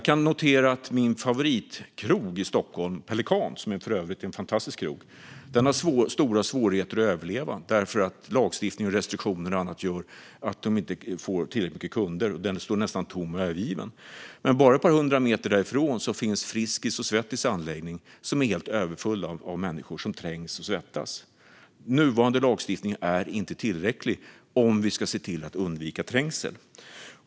Min favoritkrog i Stockholm, Pelikan - för övrigt en fantastisk krog - har stora svårigheter att överleva eftersom lagstiftning, restriktioner och annat gör att man inte får tillräckligt mycket kunder. Den står nästan tom och övergiven. Men bara ett par hundra meter därifrån finns Friskis och Svettis anläggning, som är helt överfull av människor som trängs och svettas. Nuvarande lagstiftning är inte tillräcklig om vi ska kunna undvika trängsel.